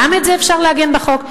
גם את זה אפשר לעגן בחוק.